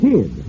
Kid